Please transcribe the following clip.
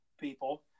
people